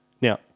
Now